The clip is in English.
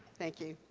thank you.